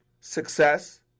Success